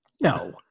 No